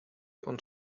und